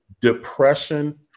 Depression